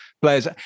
players